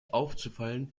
aufzufallen